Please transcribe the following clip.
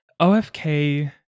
OFK